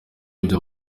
ibyo